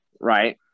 right